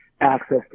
access